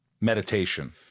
Meditation